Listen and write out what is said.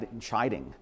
chiding